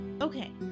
okay